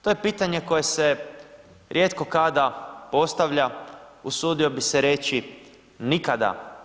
To je pitanje koje se rijetko kada postavlja, usudio bih se reći nikada.